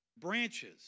branches